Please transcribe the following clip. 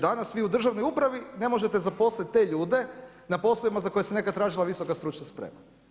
Danas vi u državnoj upravi ne možete zaposliti te ljude na poslovima za koje se nekad tražila visoka stručna sprema.